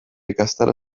ikastaro